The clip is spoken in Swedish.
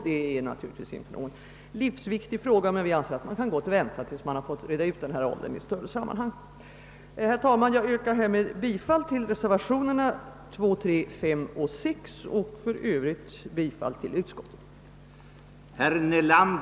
Det är naturligtvis inte någon livsviktig fråga, men vi anser, att man mycket väl kan vänta tills man har fått utreda åldersfrågan i ett större sammanhang. Herr talman! Jag yrkar härmed bifall till reservationerna 2, 3, 5 och 6 och i övrigt bifall till utskottets förslag.